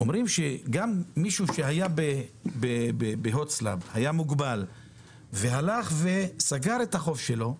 אומרים שגם מישהו שהיה מוגבל וסגר את החוב שלו,